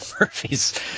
Murphy's